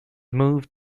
moved